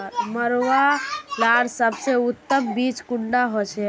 मरुआ लार सबसे उत्तम बीज कुंडा होचए?